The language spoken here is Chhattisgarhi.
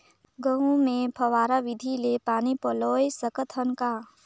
गहूं मे फव्वारा विधि ले पानी पलोय सकत हन का?